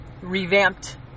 revamped